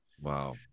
wow